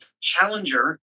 challenger